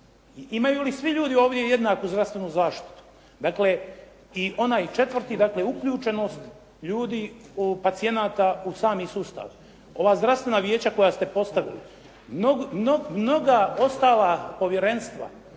Imaju li svi ljudi ovdje jednaku zdravstvenu zaštitu? Dakle i onaj četvrti, dakle uključenost ljudi, pacijenata u sami sustav. Ova zdravstvena vijeća koja ste postavili, mnoga ostala povjerenstva,